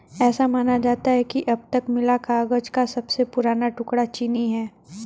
ऐसा माना जाता है कि अब तक मिला कागज का सबसे पुराना टुकड़ा चीनी है